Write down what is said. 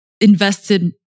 invested